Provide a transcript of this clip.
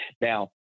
Now